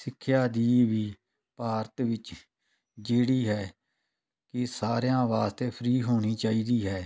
ਸਿੱਖਿਆ ਦੀ ਵੀ ਭਾਰਤ ਵਿੱਚ ਜਿਹੜੀ ਹੈ ਕਿ ਸਾਰਿਆਂ ਵਾਸਤੇ ਫਰੀ ਹੋਣੀ ਚਾਹੀਦੀ ਹੈ